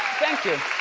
thank you,